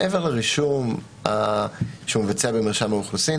מעבר לרישום שהוא מבצע במרשם האוכלוסין